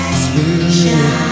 spirit